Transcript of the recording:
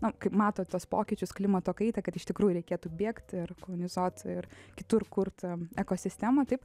nu kaip mato tuos pokyčius klimato kaitą kad iš tikrųjų reikėtų bėgt ir kolonizuot ir kitur kurt ekosistemą taip